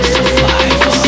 Survival